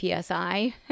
PSI